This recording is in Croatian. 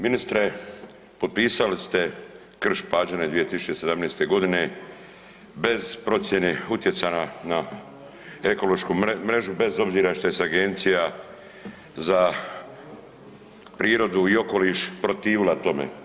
Ministre, potpisali ste Krš-Pađene 2017.g. bez procijene utjecaja na ekološku mrežu bez obzira što je se Agencija za prirodu i okoliš protivila tome.